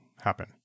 happen